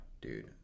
dude